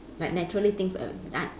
like naturally things will be done